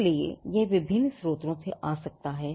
इसलिए यह विभिन्न स्रोतों से आ सकता है